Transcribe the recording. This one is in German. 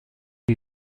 die